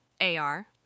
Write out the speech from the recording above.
AR